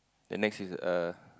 the next is uh